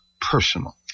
personal